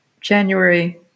January